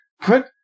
put